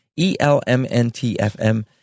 ELMNT-FM